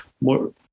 more